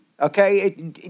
Okay